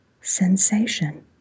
sensation